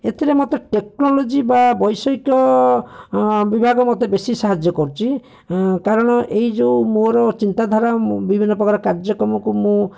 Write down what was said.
ଏଥିରେ ମୋତେ ଟେକ୍ନୋଲୋଜି ବା ବୈଷୟିକ ବିଭାଗ ମୋତେ ବେଶୀ ସାହାଯ୍ୟ କରୁଛି କାରଣ ଏଇ ଯୋଉ ମୋର ଚିନ୍ତାଧାରା ବିଭିନ୍ନ ପ୍ରକାର କାର୍ଯ୍ୟକ୍ରମକୁ ମୁଁ